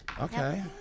Okay